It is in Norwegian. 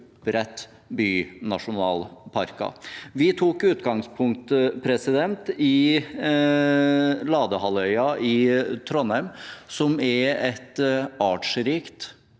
opprette bynasjonalparker. Vi tok utgangspunkt i Ladehalvøya i Trondheim, som er et artsrikt